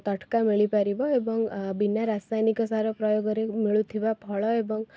ତଟକା ମିଳିପାରିବ ଏବଂ ଅ ବିନା ରାସାୟନିକସାର ପ୍ରୟୋଗରେ ମିଳୁଥିବା ଫଳ ଏବଂ